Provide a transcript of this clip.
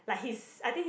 like he's I think he